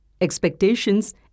expectations